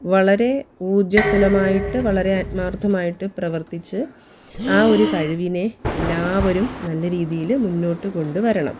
വളരെ ഊർജ്ജസ്വലമായിട്ട് വളരെ ആത്മാർഥമായിട്ട് പ്രവർത്തിച്ച് ആ ഒരു കഴിവിനെ എല്ലാവരും നല്ല രീതിയിൽ മുന്നോട്ട് കൊണ്ട് വരണം